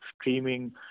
Streaming